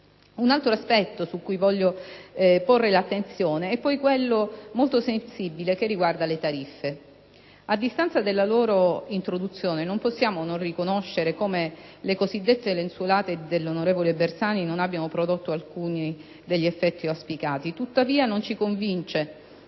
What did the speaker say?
Un altro aspetto su cui voglio porre l'attenzione è poi quello particolarmente sensibile che riguarda le tariffe. A distanza dalla loro introduzione, non possiamo non riconoscere come le cosiddette lenzuolate dell'onorevole Bersani non abbiano prodotto alcuni degli effetti auspicati; tuttavia non ci convince